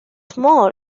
small